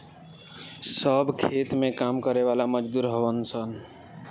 सब खेत में काम करे वाला मजदूर हउवन सन